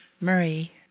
Marie